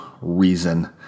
reason